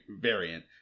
variant